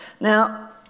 Now